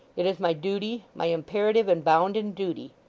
it is my duty, my imperative and bounden duty.